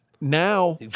Now